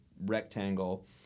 rectangle